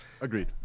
agreed